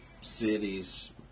Cities